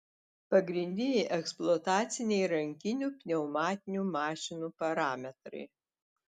pagrindiniai eksploataciniai rankinių pneumatinių mašinų parametrai